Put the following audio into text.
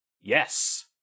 Yes